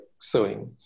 sewing